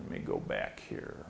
let me go back here